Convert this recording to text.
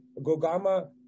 Gogama